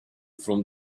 from